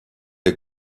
est